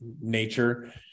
nature